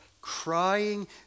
crying